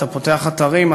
אתה פותח אתרים,